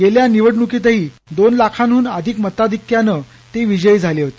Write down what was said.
गेल्या निवडणुकीतही दोन लाखाहून अधिक मताधिक्याने ते विजयी झाले होते